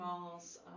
malls